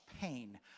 pain